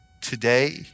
today